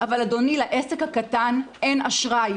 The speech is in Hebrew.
אבל לעסק הקטן, אדוני, אין אשראי.